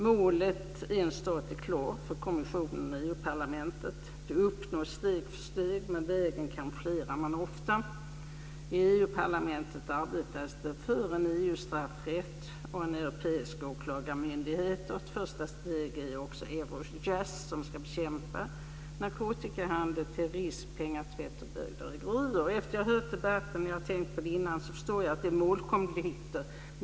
Målet i en stat är klart för kommissionen och EU parlamentet. Det uppnås steg för steg, men vägen kamouflerar man ofta. I EU-parlamentet arbetas det för en EU-straffrätt och en europeisk åklagarmyndighet. Ett första steg är Eurojust som ska bekämpa narkotikahandel, terrorism, pengatvätt och bedrägerier. Jag har tänkt på det förut, och efter att ha hört debatten, förstår jag att det är målkonflikter.